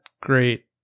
great